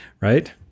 right